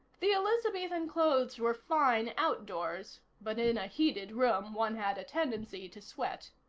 the elizabethan clothes were fine outdoors, but in a heated room one had a tendency to sweat.